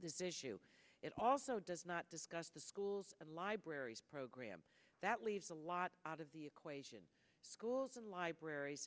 this issue it also does not discuss the schools and libraries program that leaves a lot out of the equation schools and libraries